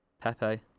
Pepe